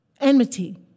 enmity